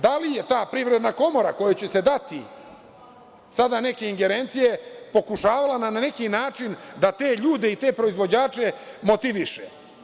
Da li je ta Privredna komora, kojoj će se dati sada neke ingerencije, pokušavala da, na neki način, te ljude i te proizvođače motiviše?